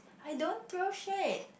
I don't throw shit